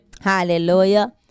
Hallelujah